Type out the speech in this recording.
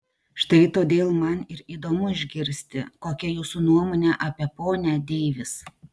štai todėl man ir įdomu išgirsti kokia jūsų nuomonė apie ponią deivis